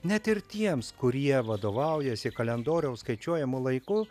net ir tiems kurie vadovaujasi kalendoriaus skaičiuojamu laiku